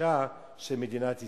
החולשה של מדינת ישראל.